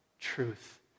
truth